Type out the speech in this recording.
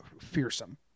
fearsome